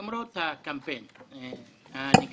למרות הקמפיין הנגדי.